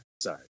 sorry